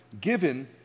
given